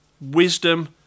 wisdom